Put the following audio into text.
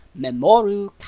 Memoru